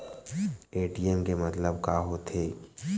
ATM के मतलब का होथे?